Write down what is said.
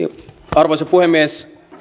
arvoisa puhemies